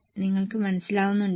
നിങ്ങൾക്ക് മനസിലാകുന്നുണ്ടോ